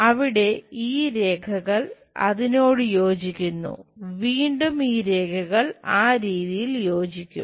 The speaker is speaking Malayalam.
അവിടെ ഈ രേഖകൾ അതിനോട് യോജിക്കുന്നു വീണ്ടും ഈ രേഖകൾ ആ രീതിയിൽ യോജിക്കും